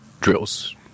drills